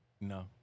No